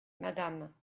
madame